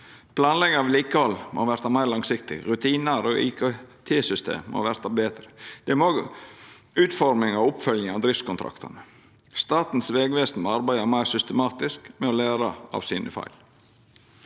Planlegginga av vedlikehald må verta meir langsiktig. Rutinar og IKT-system må verta betre. Det må òg utforminga og oppfylginga av driftskontraktane. Statens vegvesen må arbeida meir systematisk med å læra av sine feil.